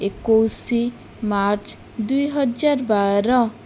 ଏକୋଇଶି ମାର୍ଚ୍ଚ ଦୁଇହଜାର ବାର